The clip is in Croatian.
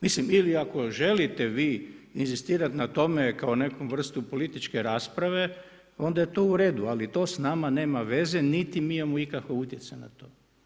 Mislim ili ako želite vi inzistirati na tome kao neku vrstu političke rasprave onda je to uredu, ali to s nama nema veze niti mi imamo ikakvog utjecaja na to.